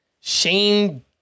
Shane